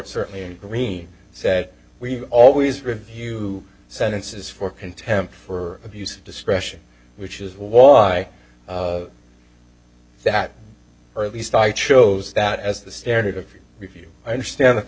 certainly in green said we've always review sentences for contempt for abuse of discretion which is why that or at least i chose that as the standard of review i understand that the